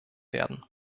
werden